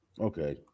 Okay